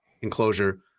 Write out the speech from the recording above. enclosure